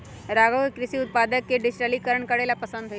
राघव के कृषि उत्पादक के डिजिटलीकरण करे ला पसंद हई